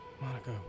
Monica